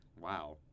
Wow